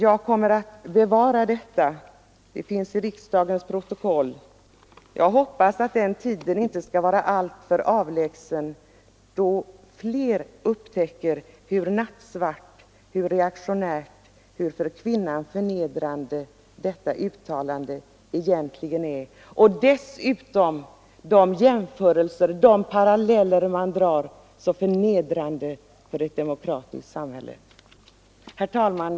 Jag kommer att bevara detta brev, och det finns återgivet i riksdagens protokoll. Jag hoppas att den tiden inte skall vara alltför avlägsen då fler upptäcker hur nattsvart, hur reaktionärt, hur för kvinnan förnedrande detta uttalande egentligen är och dessutom att de jämförelser som görs, de paralleller som dras är förnedrande för ett demokratiskt samhälle. Herr talman!